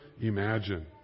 imagine